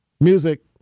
music